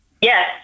Yes